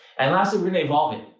and lastly, we're gonna evolve it.